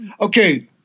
okay